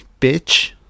bitch